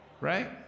Right